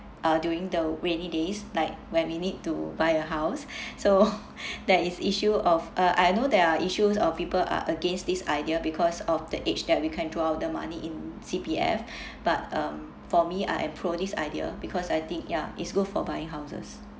uh during the rainy days like when we need to buy a house so that is issue of uh I know there are issues or people are against this idea because of the age that we can draw out the money in C_P_F but um for me I am pro this idea because I think ya it's good for buying houses